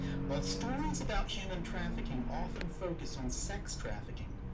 while stories about human trafficking often focus on sex trafficking,